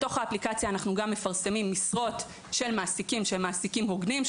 אנחנו מפרסמים באפליקציה גם משרות של מעסיקים שהם מעסיקים הוגנים,